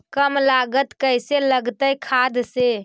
कम लागत कैसे लगतय खाद से?